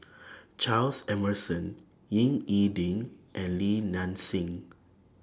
Charles Emmerson Ying E Ding and Li Nanxing